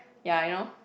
ya you know